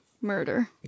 murder